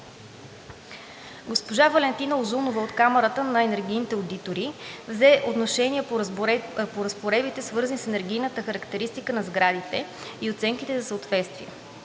Госпожа Валентина Узунова от Камарата на енергийните одитори взе отношение по разпоредбите, свързани с енергийната характеристика на сградите и оценките за съответствие.